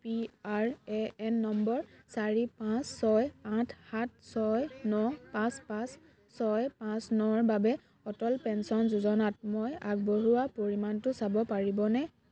P R A N number চাৰি পাঁচ ছয় আঠ সাত ছয় ন পাঁচ পাঁচ ছয় পাঁচ নৰ বাবে অটল পেঞ্চন যোজনাত মই আগবঢ়োৱা পৰিমাণটো চাব পাৰিবনে